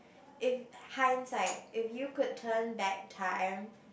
in hindsight if you could turn back time